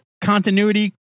continuity